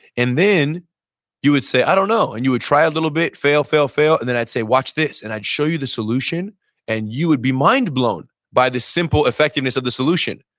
and then you would say, i don't know. and you would try a little bit, fail, fail, fail, and then i'd say, watch this, and i'd show you the solution and you will be mind blown by the simple effectiveness of the solution.